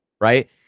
Right